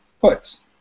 puts